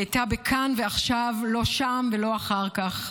"היא הייתה בכאן ועכשיו, לא שם ולא אחר כך.